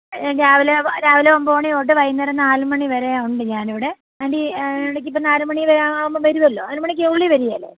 രാവിലെ രാവിലെ ഒൻപത് മണി തൊട്ട് വൈകുന്നേരം നാല് മണി വരെ ഉണ്ട് ഞാനിവിടെ ആൻ്റി ഇടയ്ക്കിപ്പം നാല് മണിയാവുമ്പോൾ വരുവല്ലോ നാല് മണിക്കുള്ളിൽ വരികേലെ